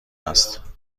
است